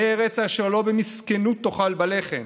ארץ אשר לא במסכנֻת תאכל בה לחם,